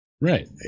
Right